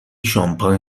شانپاین